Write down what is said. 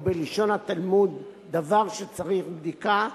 או בלשון התלמוד "דבר שצריך בדיקה",